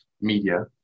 media